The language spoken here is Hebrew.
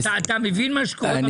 אתה מבין מה קורה במדינה?